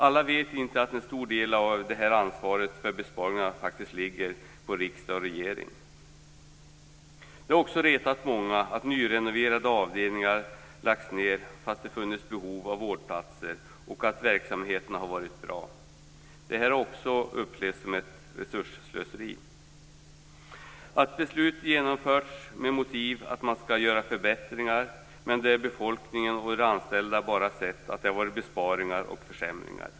Alla vet inte att en stor del av ansvaret för besparingarna faktiskt ligger på riksdag och regering. Det har också retat många att nyrenoverade avdelningar lagts ned fastän det funnits behov av vårdplatserna och verksamheterna har varit bra. Också detta har upplevts som ett resursslöseri. Beslut har genomförts med motiveringen att man skall göra förbättringar, men befolkningen och de anställda har bara sett besparingar och försämringar.